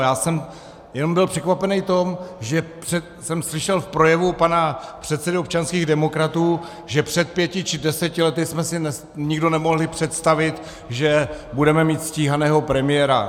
Já jsem jenom byl překvapený, že jsem slyšel v projevu pana předsedy občanských demokratů, že před pěti či deseti lety jsme si nikdo nemohli představit, že budeme mít stíhaného premiéra.